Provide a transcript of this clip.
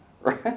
right